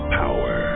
power